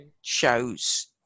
shows